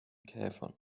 käfern